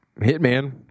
Hitman